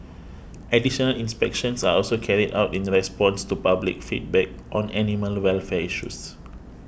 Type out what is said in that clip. additional inspections are also carried out in the response to public feedback on animal welfare issues